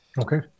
Okay